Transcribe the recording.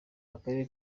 akarere